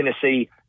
Tennessee